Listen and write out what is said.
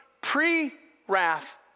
pre-wrath